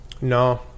No